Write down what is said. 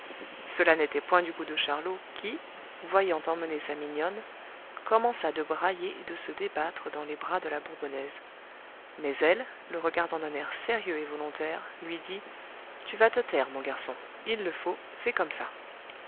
cela n'était point du goût de charlot qui voyant emmener sa mignonne commença de brailler et de se débattre dans les bras de la bourbonnaise mais elle le regardant d'un air sérieux et volontaire lui dit tu vas te taire mon garçon il le faut c'est comme ça